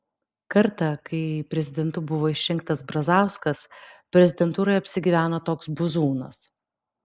kartą kai prezidentu buvo išrinktas brazauskas prezidentūroje apsigyveno toks buzūnas